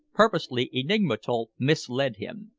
purposely enigmatical, misled him.